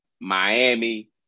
Miami